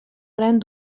gran